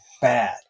bad